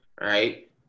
right